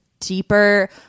deeper